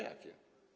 Jakie?